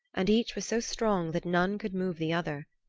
and each was so strong that none could move the other.